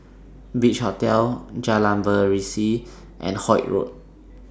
Beach Hotel Jalan Berseri and Holt Road